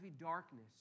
darkness